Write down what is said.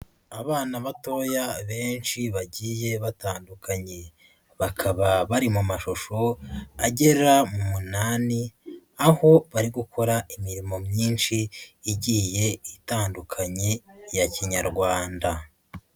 Abana batoya benshi bagiye batandukanye, bakaba bari mu mashusho agera mu munani, aho bari gukora imirimo myinshi igiye itandukanye ya kinyarwanda.